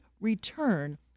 return